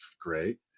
great